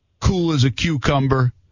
cool-as-a-cucumber